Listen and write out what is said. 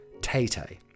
Tay-Tay